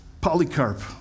Polycarp